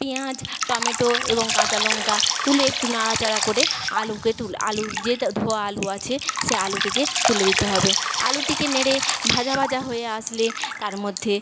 পেঁয়াজ টমেটো এবং কাঁচা লঙ্কা তুলে একটু নাড়াচাড়া করে আলুকে তুলে আলুর যেহেতু ধোয়া আলু আছে সেই আলুটিকে তুলে দিতে হবে আলুটিকে নেড়ে ভাজা ভাজা হয়ে আসলে তার মধ্যে